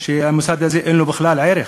שהמוסד הזה אין לו בכלל ערך,